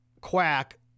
quack